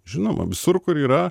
žinoma visur kur yra